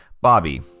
Bobby